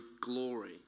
glory